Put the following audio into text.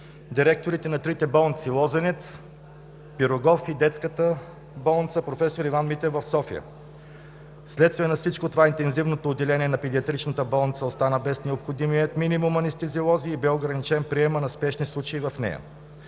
директорите на трите болници – „Лозенец“, „Пирогов“ и Детската болница „Проф. Иван Митев“ в София. Вследствие на всичко това интензивното отделение на Педиатричната болница остана без необходимия минимум анестезиолози и бе ограничен приемът на спешни случаи в нея.